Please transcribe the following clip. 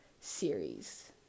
series